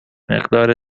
مقدار